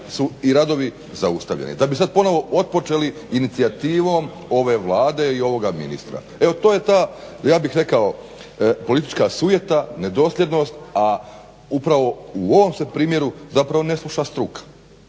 su i radovi i zaustavljeni. Da bi sad ponovo otpočeli inicijativom ove Vlade i ovoga ministara. Evo to je ta, ja bih rekao politička sujeta, nedosljednost a upravo u ovom se primjeru zapravo ne sluša struka,